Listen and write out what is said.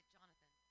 Jonathan